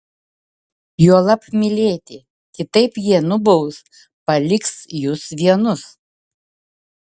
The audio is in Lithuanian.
juolab mylėti kitaip jie nubaus paliks jus vienus